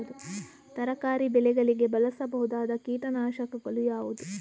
ತರಕಾರಿ ಬೆಳೆಗಳಿಗೆ ಬಳಸಬಹುದಾದ ಕೀಟನಾಶಕಗಳು ಯಾವುವು?